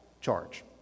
charge